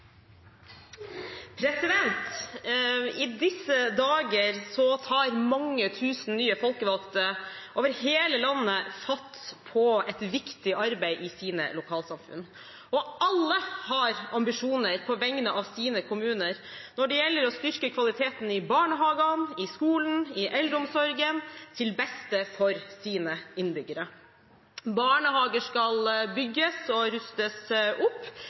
I disse dager tar mange tusen nye folkevalgte over hele landet fatt på et viktig arbeid i sine lokalsamfunn. Alle har ambisjoner på vegne av sine kommuner når det gjelder å styrke kvaliteten i barnehagene, i skolen og i eldreomsorgen, til beste for sine innbyggere. Barnehager skal bygges og rustes opp,